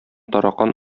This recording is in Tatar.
таракан